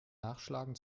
nachschlagen